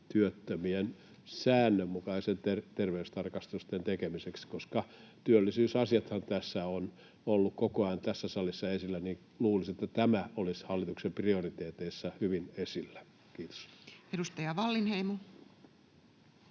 työttömien säännönmukaisten terveystarkastusten tekemiseksi? Työllisyysasiathan ovat olleet koko ajan tässä salissa esillä, joten luulisi, että tämä olisi hallituksen prioriteeteissa hyvin esillä. — Kiitos. Edustaja Wallinheimo.